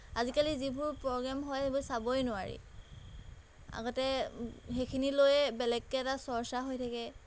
আজিকালি যিবোৰ প্ৰ'গ্ৰেম হয় সেইবোৰ চাবই নোৱাৰি আগতে সেইখিনি লৈয়ে বেলেগকৈ এটা চৰ্চা হৈ থাকে